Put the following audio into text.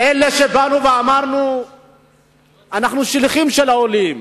באנו ואמרנו שאנחנו שליחים של העולים